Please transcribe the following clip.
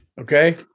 Okay